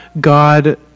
God